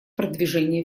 продвижения